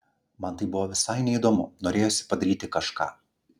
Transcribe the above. man tai buvo visai neįdomu norėjosi padaryti kažką